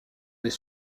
des